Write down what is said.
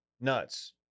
nuts